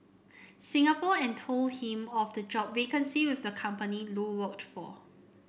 Singapore and told him of the job vacancy with the company Lu worked for